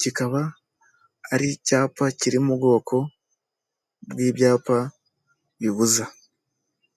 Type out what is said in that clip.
kikaba ari icyapa kiri mu bwoko bw'ibyapa bibuza.